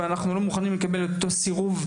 ולא מוכנים לקבל סירוב.